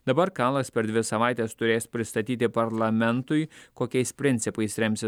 dabar kalas per dvi savaites turės pristatyti parlamentui kokiais principais remsis